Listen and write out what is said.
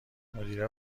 مدیر